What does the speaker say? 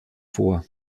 vor